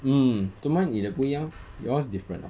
hmm 做么 leh 你的不一样 your one is different ah